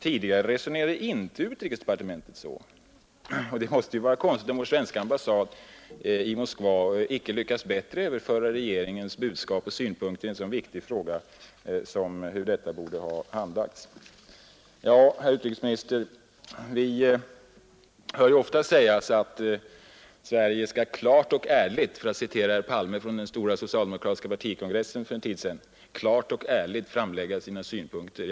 Tidigare resonerade inte utrikesdepartementet så.” Det måste ju vara konstigt om vår svenska ambassad i Moskva icke lyckas bättre överföra regeringens budskap och synpunkter i en så viktig fråga som hur detta borde ha handlagts. Herr utrikesminister! Vi hör ju ofta sägas att Sverige skall klart och ärligt — för att citera herr Palme från den stora socialdemokratiska partikongressen för en tid sedan — framlägga sina synpunkter.